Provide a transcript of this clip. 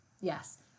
yes